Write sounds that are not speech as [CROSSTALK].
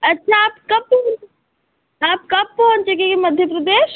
अच्छा आप कब [UNINTELLIGIBLE] आप कब पहुँचेंगे मध्य प्रदेश